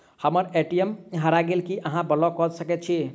हम्मर ए.टी.एम हरा गेल की अहाँ ब्लॉक कऽ सकैत छी?